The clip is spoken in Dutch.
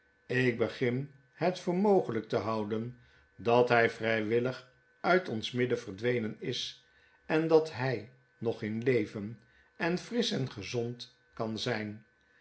jk begin het voor mogelijk te houden dat hij vrijwillig uit ons midden verdwenen is en dat hij nog in leven en frisch en gezond kan zijn